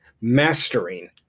mastering